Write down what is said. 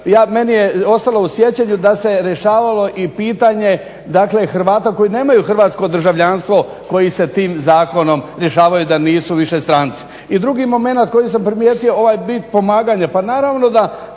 Meni je ostalo u sjećanju da se rješavalo i pitanje dakle Hrvata koji nemaju hrvatsko državljanstvo, koji se tim zakonom rješavaju da nisu više stranci. I drugi moment koji sam primijetio, ovaj vid pomaganja.